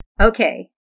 Okay